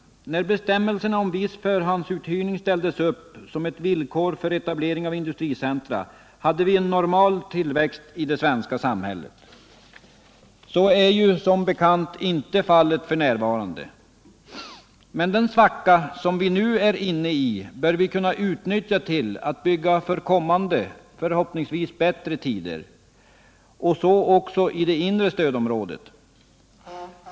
När viss förhandsuthyrning ställdes upp som ett villkor för etablering av industricentra, hade vi en normal tillväxt i det svenska samhället. Så är som bekant inte fallet f.n. Men den svacka som vi är inne i bör vi kunna utnyttja genom att bygga ut för kommande, förhoppningsvis bättre tider, så också i det inre stödområdet.